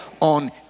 on